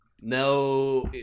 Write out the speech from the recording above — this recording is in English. No